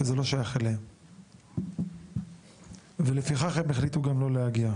שזה לא שייך אליהם ולפיכך הם החליטו גם לא להגיע.